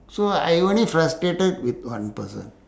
so I only frustrated with one person